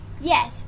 yes